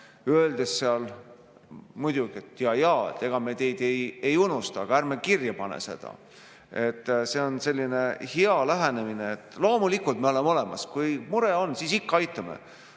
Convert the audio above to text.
öeldes seal muidugi, et jaa-jaa, ega me teid ei unusta, aga ärme kirja paneme seda. See on selline hea lähenemine, et loomulikult me oleme olemas, kui mure on, ikka aitame,